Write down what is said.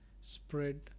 spread